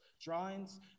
drawings